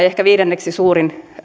ehkä viidenneksi suurin